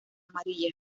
amarilla